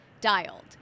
dialed